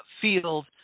field